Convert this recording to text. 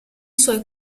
suoi